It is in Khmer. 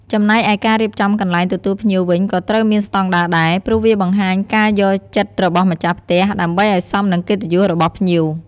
ចំណែកឯការរៀបចំកន្លែងទទួលភ្លៀងវិញក៏ត្រូវមានស្តង់ដាដែរ ព្រោះវាបង្ហាញការយកចិត្តរបស់ម្ចាស់ផ្ទះ ដើម្បីឱ្យសមនឹងកិត្តិយសរបស់ភ្ញៀវ។